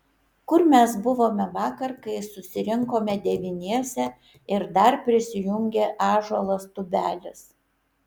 kur mes buvome vakar kai susirinkome devyniese ir dar prisijungė ąžuolas tubelis